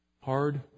hard